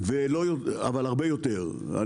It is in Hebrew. אבל הרבה יותר.